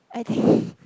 I think